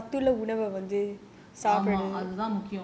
mm